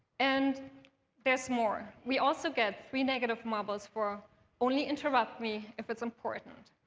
and there's more. we also get three negative marbles for only interrupt me if it's important.